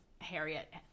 Harriet